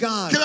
God